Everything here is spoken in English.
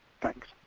Thanks